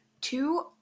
Two